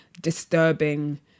disturbing